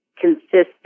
consistent